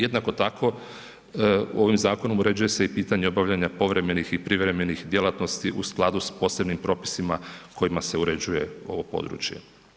Jednako tako ovim zakonom uređuje se i pitanje obavljanja povremenih i privremenih djelatnosti u skladu sa posebnim propisima kojima se uređuje ovo područje.